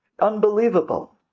Unbelievable